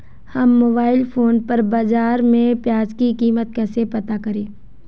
हम mobile phone पर बाज़ार में प्याज़ की कीमत कैसे पता करें?